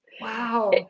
Wow